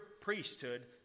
priesthood